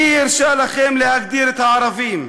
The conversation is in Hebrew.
מי הרשה לכם להגדיר את הערבים?